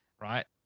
right